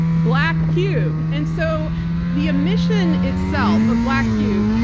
black cube. and so the emission itself, of black cube,